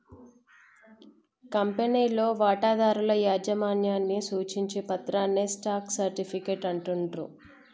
కంపెనీలో వాటాదారుల యాజమాన్యాన్ని సూచించే పత్రాన్నే స్టాక్ సర్టిఫికేట్ అంటుండ్రు